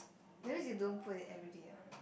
that means you don't put it everyday ah